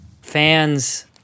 fans